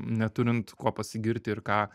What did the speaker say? neturint kuo pasigirti ir ką